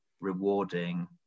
rewarding